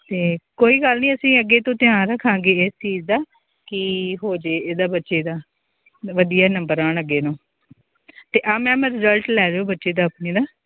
ਅਤੇ ਕੋਈ ਗੱਲ ਨਹੀਂ ਅਸੀਂ ਅੱਗੇ ਤੋਂ ਧਿਆਨ ਰੱਖਾਂਗੇ ਇਸ ਚੀਜ਼ ਦਾ ਕਿ ਹੋ ਜਾਏ ਇਹਦਾ ਬੱਚੇ ਦਾ ਵਧੀਆ ਨੰਬਰ ਆਉਣ ਅੱਗੇ ਨੂੰ ਅਤੇ ਆਹ ਮੈਮ ਰਿਜ਼ਲਟ ਲੈ ਜਾਓ ਬੱਚੇ ਦਾ ਆਪਣੇ ਦਾ